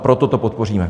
Proto to podpoříme.